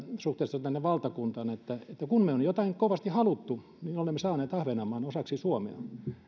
suhteessa tänne valtakuntaan on kysymys siitä että kun me olemme kovasti halunneet niin olemme saaneet ahvenanmaan osaksi suomea